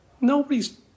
nobody's